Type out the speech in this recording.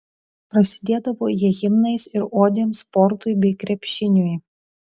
prasidėdavo jie himnais ir odėm sportui bei krepšiniui